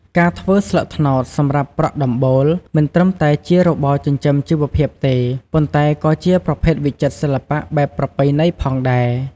ការធ្វើ ស្លឹកត្នោតសម្រាប់ប្រក់ដំបូល មិនត្រឹមតែជារបរចិញ្ចឹមជីវភាពទេ ប៉ុន្តែក៏ជាប្រភេទវិចិត្រសិល្បៈបែបប្រពៃណីផងដែរ។